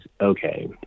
okay